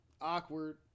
Awkward